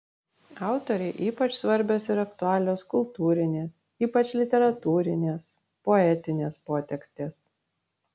autorei ypač svarbios ir aktualios kultūrinės ypač literatūrinės poetinės potekstės